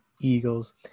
Eagles